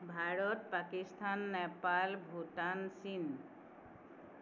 ভাৰত পাকিস্তান নেপাল ভূটান চীন